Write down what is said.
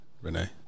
Renee